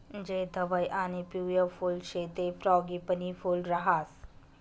जे धवयं आणि पिवयं फुल शे ते फ्रॉगीपनी फूल राहास